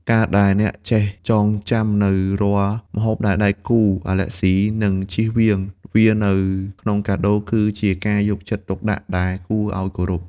ការដែលអ្នកចេះចងចាំនូវរាល់ម្ហូបដែលដៃគូអាឡែហ្ស៊ី និងចៀសវាងវានៅក្នុងកាដូ គឺជាការយកចិត្តទុកដាក់ដែលគួរឱ្យគោរព។